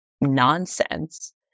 nonsense